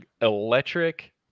electric